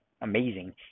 amazing